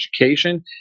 Education